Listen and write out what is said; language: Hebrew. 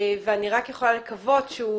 ואני רק יכולה לקוות שהוא